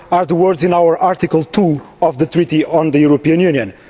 are the words in our article two of the treaty on the european union.